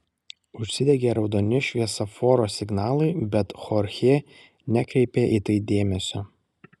užsidegė raudoni šviesoforo signalai bet chorchė nekreipė į tai dėmesio